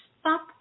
stop